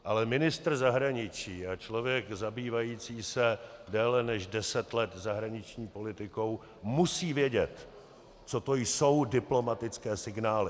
Ale ministr zahraničí a člověk zabývající se déle než deset let zahraniční politikou musí vědět, co to jsou diplomatické signály.